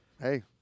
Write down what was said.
Hey